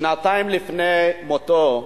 שנתיים לפני מותו,